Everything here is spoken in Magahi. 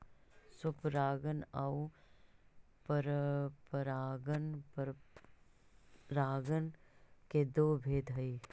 स्वपरागण आउ परपरागण परागण के दो भेद हइ